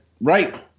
right